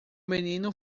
menino